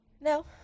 No